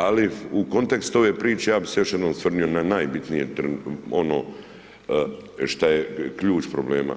Ali, u kontekst ove priče, ja bi se još jednom, osvrnuo na najbitnije, ono, što je ključ problema